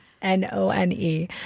N-O-N-E